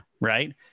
right